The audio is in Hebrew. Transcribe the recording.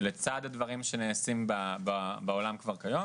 לצד הדברים שנעשים בעולם כבר כיום,